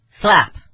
Slap